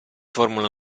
formula